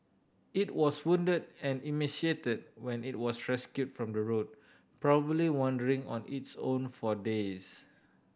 it was wounded and emaciated when it was rescued from the road probably wandering on its own for days